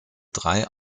drei